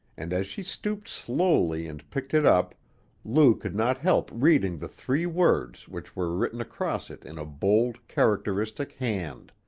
and as she stooped slowly and picked it up lou could not help reading the three words which were written across it in a bold, characteristic hand